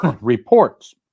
reports